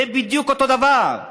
זה בדיוק אותו הדבר,